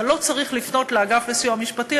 אתה לא צריך לפנות לאגף לסיוע משפטי,